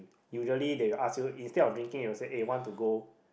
usually they will ask you instead of drinking they will say eh want to go